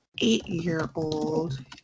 eight-year-old